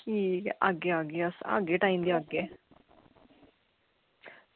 ठीक ऐ आह्गे आह्गे अस टाईम दा आह्गे